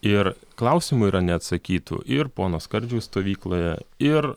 ir klausimų yra neatsakytų ir pono skardžiaus stovykloje ir